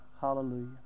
Hallelujah